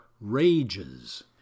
rages